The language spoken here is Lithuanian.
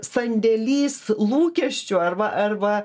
sandėlys lūkesčių arba arba